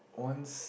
once